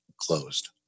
closed